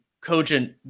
cogent